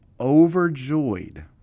overjoyed